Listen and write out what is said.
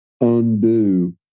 undo